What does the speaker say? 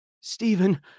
Stephen